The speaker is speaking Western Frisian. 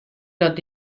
dat